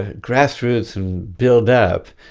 ah grass roots and build up.